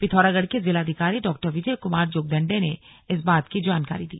पिथौरागढ़ के जिलाधिकारी डॉ विजय कमार जोगदंडे ने इस बात की जानकारी दी